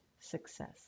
success